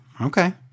okay